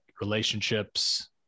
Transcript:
relationships